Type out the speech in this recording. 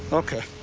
ok.